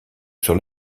sur